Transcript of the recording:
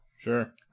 Sure